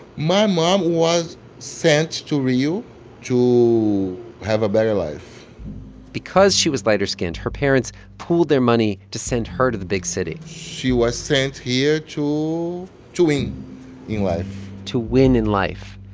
my mom was sent to rio to have a better life because she was lighter-skinned, her parents pooled their money to send her to the big city she was sent here to to win in life to win in life.